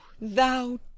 thou